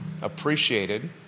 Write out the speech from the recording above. appreciated